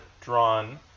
drawn